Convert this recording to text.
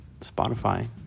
Spotify